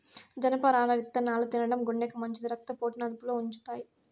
జనపనార విత్తనాలు తినడం గుండెకు మంచిది, రక్త పోటును అదుపులో ఉంచుతాయి